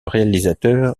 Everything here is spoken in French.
réalisateur